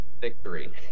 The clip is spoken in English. victory